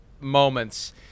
moments